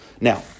Now